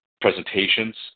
presentations